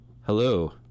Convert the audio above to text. Hello